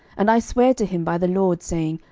and i sware to him by the lord, saying,